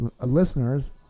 listeners